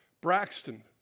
Braxton